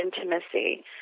intimacy